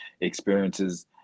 experiences